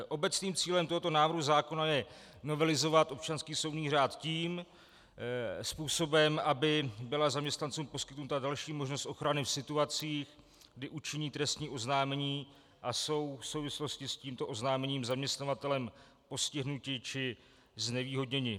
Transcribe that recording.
Obecným cílem tohoto návrhu zákona je novelizovat občanský soudní řád tím způsobem, aby byla zaměstnancům poskytnuta další možnost ochrany v situacích, kdy učiní trestní oznámení a jsou v souvislosti s tímto oznámením zaměstnavatelem postihnuti či znevýhodněni.